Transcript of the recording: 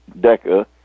Decca